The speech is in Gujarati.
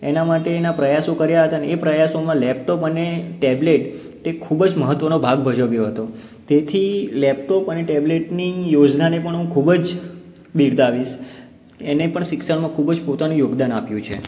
એના માટેના પ્રયાસો કર્યા હતા અને એ પ્રયાસોમાં લૅપટોપ અને ટૅબલેટ એક ખૂબ જ મહત્ત્વનો ભાગ ભજવ્યો હતો તેથી લૅપટોપ અને ટૅબલેટની યોજનાને પણ હું ખૂબ જ બિરદાવીશ એને પણ શિક્ષણમાં ખૂબ જ પોતાનું યોગદાન આપ્યું છે